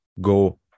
go